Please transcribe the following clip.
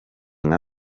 nka